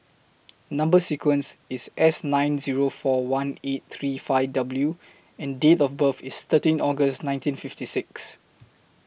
Number sequence IS S nine Zero four one eight three five W and Date of birth IS thirteen August nineteen fifty six